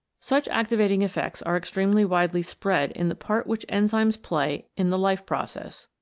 such activating effects are extremely widely spread in the part which enzymes play in the life process.